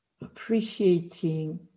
appreciating